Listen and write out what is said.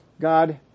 God